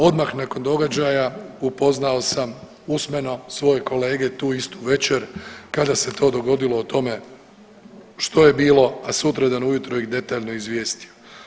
Odmah nakon događaja upoznao sam usmeno svoje kolege tu istu večer kada se to dogodilo o tome što je bilo, a sutradan ujutro ih detaljno izvijestio.